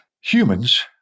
Humans